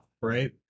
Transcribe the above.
right